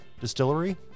Distillery